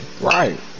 Right